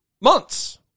months